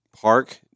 Park